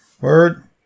Word